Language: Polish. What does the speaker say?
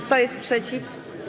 Kto jest przeciw?